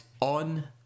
on